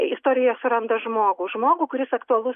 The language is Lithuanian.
istorija suranda žmogų žmogų kuris aktualus